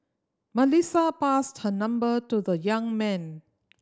Melissa passed her number to the young man